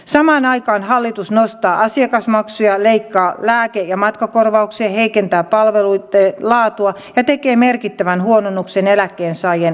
samaan aikaan hallitus nostaa asiakasmaksuja ja leikkaa lääke ja matkakorvauksia heikentää palveluitten laatua ja tekee merkittävän huononnuksen eläkkeensaajien asumisen tukeen